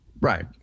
right